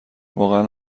واقعا